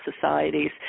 societies